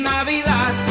Navidad